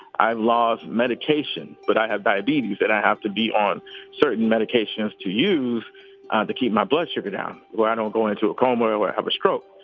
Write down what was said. i lost medication, but i have diabetes that i have to be on certain medications to use to keep my blood sugar down where i don't go into a coma or have a stroke.